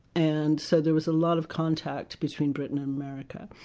and so there was a lot of contact between britain and america.